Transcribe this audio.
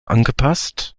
angepasst